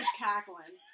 cackling